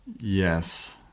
yes